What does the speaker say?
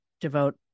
devote